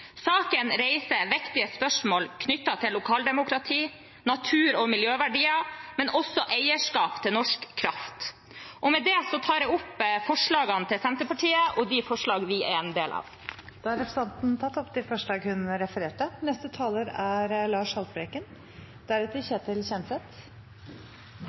Saken reiser viktige spørsmål knyttet til lokaldemokrati og natur- og miljøverdier, men også eierskap til norsk kraft. Med dette tar jeg opp forslagene fra Senterpartiet og SV. Representanten Sandra Borch har tatt opp de forslagene hun refererte til. Verden står foran to svært alvorlige miljøutfordringer. Det er